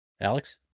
Alex